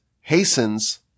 hastens